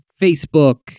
Facebook